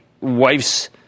wife's